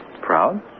Proud